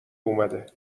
اومده